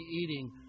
eating